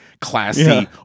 classy